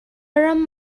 ram